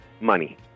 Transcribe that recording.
money